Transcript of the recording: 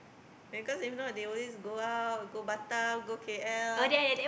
because if not they always go out go Batam go K_L